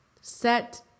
set